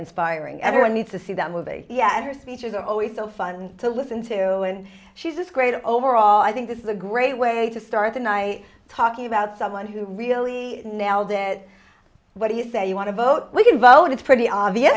inspiring everyone needs to see that movie yet her speeches are always so fun to listen to and she's great overall i think this is a great way to start the night talking about someone who really nailed it what do you say you want to vote we can vote it's pretty obvious